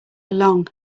along